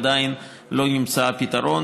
עדיין לא נמצא הפתרון,